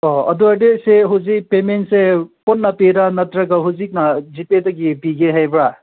ꯑꯣ ꯑꯗꯨ ꯑꯣꯏꯔꯗꯤ ꯁꯦ ꯍꯧꯖꯤꯛ ꯄꯦꯃꯦꯟꯁꯦ ꯄꯨꯟꯅ ꯄꯤꯔ ꯅꯠꯇ꯭ꯔꯒ ꯍꯧꯖꯤꯛꯅ ꯖꯤꯄꯦꯗꯒꯤ ꯄꯤꯒꯦ ꯍꯥꯏꯕ꯭ꯔꯥ